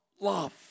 love